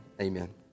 amen